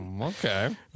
Okay